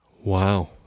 Wow